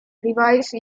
revise